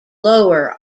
lower